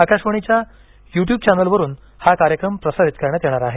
आकाशवाणीच्या YouTube चॅनल्सवरून हा कार्यक्रम प्रसारित करण्यात येणार आहे